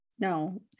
No